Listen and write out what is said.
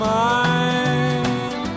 mind